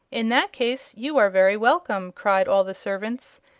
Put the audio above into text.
in that case you are very welcome! cried all the servants,